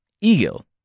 Egil